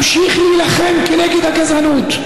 אמשיך להילחם כנגד הגזענות,